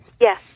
Yes